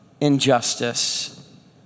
injustice